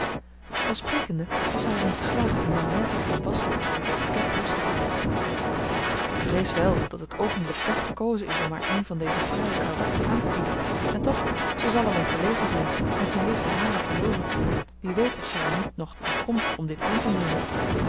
al sprekende was hij er in geslaagd een langwerpig in wasdoek gewikkeld pakket los te krijgen ik vrees wel dat het oogenblik slecht gekozen is om haar een van deze fraaie karwatsen aan te bieden en toch zij zal er om verlegen zijn want zij heeft de hare verloren wie weet of zij er niet nog toe komt dit aan te nemen